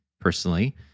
personally